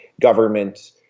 government